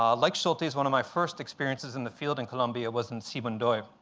um like schultes, one of my first experiences in the field in columbia was in sibundoy,